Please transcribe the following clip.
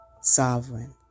Sovereign